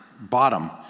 bottom